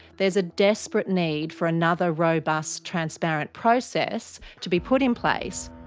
there's a desperate need for another robust transparent process to be put in place.